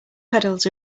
pedals